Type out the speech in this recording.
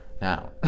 now